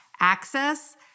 access